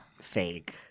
fake